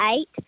eight